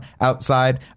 outside